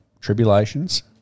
tribulations